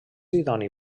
idoni